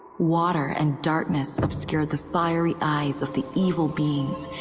water and darkness obscured the fiery eyes of the evil beings,